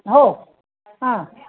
हो हा